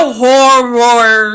horror